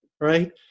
Right